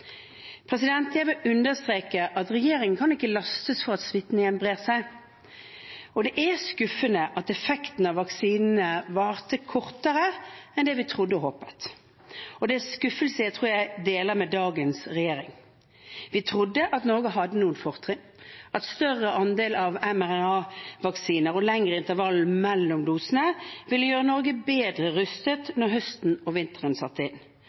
Jeg vil understreke at regjeringen ikke kan lastes for at smitten igjen brer seg, og det er skuffende at effekten av vaksinene varte kortere enn det vi trodde og håpet. Det er en skuffelse jeg tror jeg deler med dagens regjering. Vi trodde at Norge hadde noen fortrinn, at en større andel av mRNA-vaksiner og lengre intervaller mellom dosene ville gjøre Norge bedre rustet når høsten og vinteren satte inn.